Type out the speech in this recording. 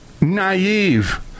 naive